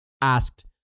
asked